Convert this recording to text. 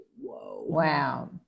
Wow